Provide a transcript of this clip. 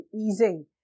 easing